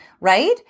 right